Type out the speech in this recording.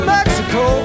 Mexico